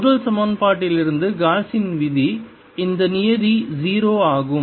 முதல் சமன்பாட்டிலிருந்து காஸின் Gauss's விதி இந்த நியதி 0 ஆகும்